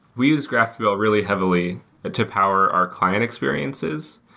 we use grapql really heavily to power our client experiences.